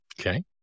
Okay